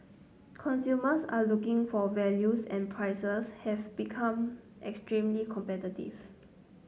consumers are looking for values and prices have become extremely competitive